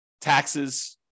taxes